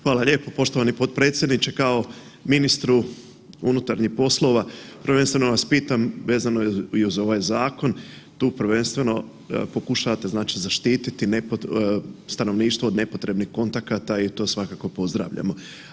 Hvala lijepo poštovani potpredsjedniče kao ministru unutarnjih poslova prvenstveno vas pitam, vezano je i uz ovaj zakon, tu prvenstveno pokušavate znači zaštiti stanovništvo od nepotrebnih kontakata i to svakako pozdravljamo.